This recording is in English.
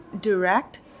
direct